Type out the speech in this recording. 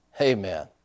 Amen